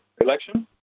election